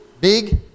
big